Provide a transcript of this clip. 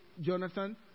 Jonathan